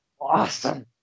awesome